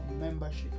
membership